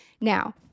Now